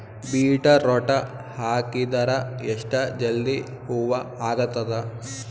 Beetroot ಹಾಕಿದರ ಎಷ್ಟ ಜಲ್ದಿ ಹೂವ ಆಗತದ?